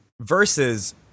Versus